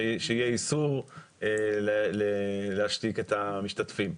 שיהיה איסור להשתיק את המשתתפים.